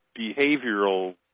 behavioral